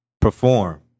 perform